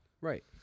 Right